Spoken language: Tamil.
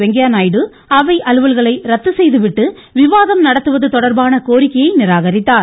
வெங்கையாநாயுடு அவை அலுவல்களை ரத்து செய்து விட்டு விவாதம் நடத்துவது தொடர்பான கோரிக்கையை நிராகரித்தார்